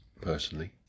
personally